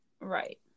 right